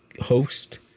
host